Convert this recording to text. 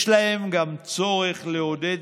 יש להם גם צורך לעודד